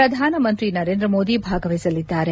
ಪ್ರಧಾನ ಮಂತ್ರಿ ನರೇಂದ್ರ ಮೋದಿ ಭಾಗವಹಿಸಲಿದ್ದಾರೆ